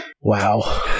wow